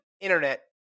Internet